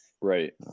Right